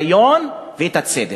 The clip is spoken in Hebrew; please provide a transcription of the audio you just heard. כדי להבטיח את השוויון ואת הצדק.